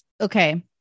okay